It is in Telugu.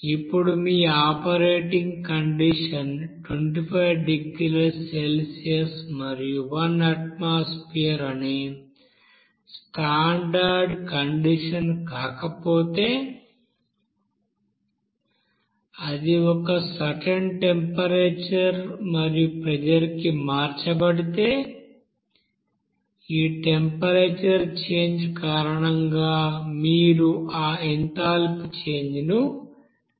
ఇప్పుడు మీ ఆపరేటింగ్ కండిషన్ 25 డిగ్రీల సెల్సియస్ మరియు 1 అట్మాస్పెర్ అనే స్టాండర్డ్ కండిషన్ కాకపోతే అది ఒక సర్టెన్ టెంపరేచర్ మరియు ప్రెజర్ కి మార్చబడితే ఈ టెంపరేచర్ చేంజ్ కారణంగా మీరు ఆ ఎంథాల్పీ చేంజ్ ను లెక్కించాలి